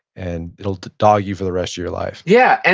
and it'll dog you for the rest of your life yeah. and